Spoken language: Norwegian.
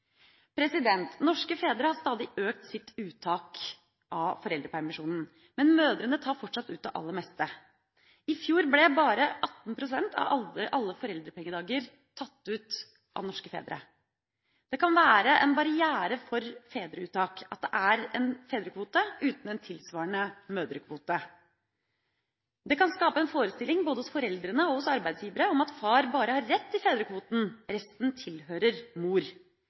Norske fedre har stadig økt sitt uttak av foreldrepermisjonen, men mødrene tar fortsatt ut det aller meste. I fjor ble bare 18 pst. av alle foreldrepengedager tatt ut av norske fedre. Det kan være en barriere for fedreuttak at det er en fedrekvote uten en tilsvarende mødrekvote. Det kan skape en forestilling, både hos foreldrene og hos arbeidsgiverne, om at far bare har rett til fedrekvoten – resten tilhører mor.